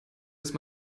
ist